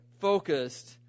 focused